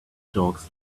jocks